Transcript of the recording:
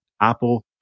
Apple